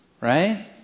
Right